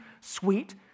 sweet